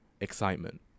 excitement